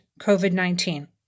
COVID-19